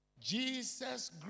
Jesus